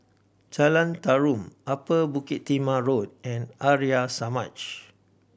Jalan Tarum Upper Bukit Timah Road and Arya Samaj